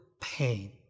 pain